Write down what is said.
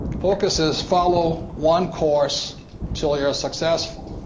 focus is follow one course until you're successful.